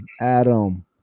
Adam